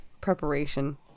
preparation